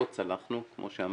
לא צלחנו כמו שאמרת,